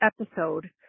episode